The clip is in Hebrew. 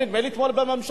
נדמה לי אתמול בממשלה,